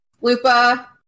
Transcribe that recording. Lupa